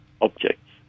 objects